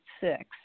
six